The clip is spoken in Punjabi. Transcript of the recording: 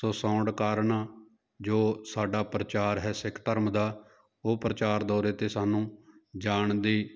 ਤੋ ਸਾਊਂਡ ਕਾਰਨ ਜੋ ਸਾਡਾ ਪ੍ਰਚਾਰ ਹੈ ਸਿੱਖ ਧਰਮ ਦਾ ਉਹ ਪ੍ਰਚਾਰ ਦੌਰੇ 'ਤੇ ਸਾਨੂੰ ਜਾਣ ਦੀ